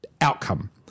outcome